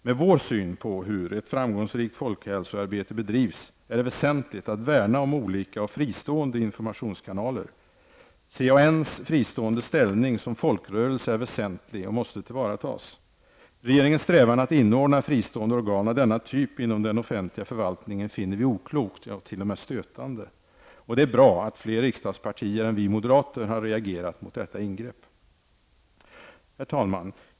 Med vår syn på hur ett framgångsrikt folkhälsoarbete bedrivs är det väsentligt att värna om olika och fristående informationskanaler. CANs fristående ställning som folkrörelse är väsentlig och måste tillvaratas. Regeringens strävan att inordna fristående organ av denna typ inom den offentliga förvaltningen finner vi oklok och t.o.m. stötande. Det är bra att fler riksdagspartier än moderata samlingspartiet har reagerat mot detta ingrepp. Herr talman!